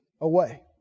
away